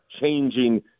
changing